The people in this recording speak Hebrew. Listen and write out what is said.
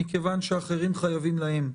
מכיוון שאחרים חייבים להם.